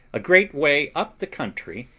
a great way up the country,